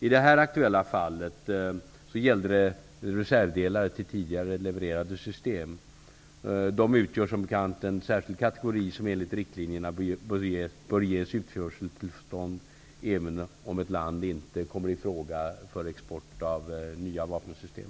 I det här aktuella fallet gällde det reservdelar till tidigare levererade system. De utgör som bekant en särskild kategori som enligt riktlinjerna bör ges utförseltillstånd även om ett land inte kommer i fråga för export av nya vapensystem.